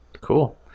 cool